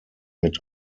mit